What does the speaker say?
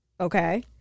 Okay